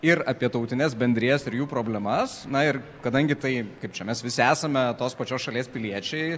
ir apie tautines bendrijas ir jų problemas na ir kadangi tai kaip čia mes visi esame tos pačios šalies piliečiai